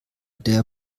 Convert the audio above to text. der